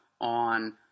on